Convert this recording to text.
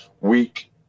week